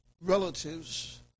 relatives